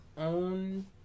own